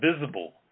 visible